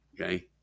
okay